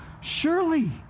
Surely